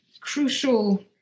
crucial